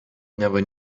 never